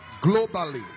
globally